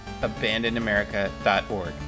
abandonedamerica.org